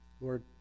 Lord